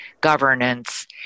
governance